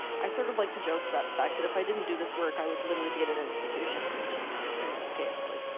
i sort of like to joke about the fact that if i didn't do this work i would literally be in an institution. which is pretty much the case. like,